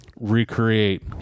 recreate